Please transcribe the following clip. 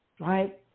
right